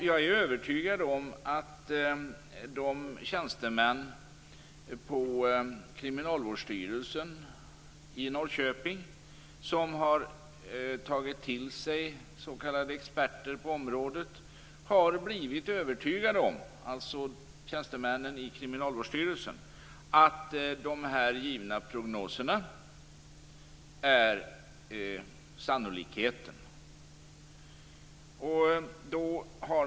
Jag är övertygad om att de tjänstemän på Kriminalvårdsstyrelsen i Norrköping, som har tagit s.k. experter på området till sig, har blivit övertygande om att dessa givna prognoser är sannolika.